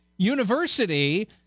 University